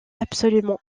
absolument